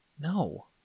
No